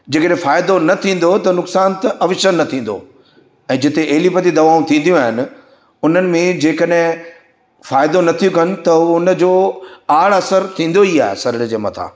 जेकॾहिं फ़ाइदो न थींदो त नुक़सानु त अवश्य न थींदो ऐं जिते एलिपेथी दवाउं थींदियूं आहिनि उननि में जेकॾहिं फ़ाइदो न थियूं कनि त उहो उनजो आड़ असर थींदो ई आहे शरीर जे मथां